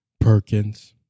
Perkins